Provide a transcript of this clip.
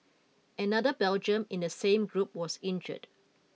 another Belgian in the same group was injured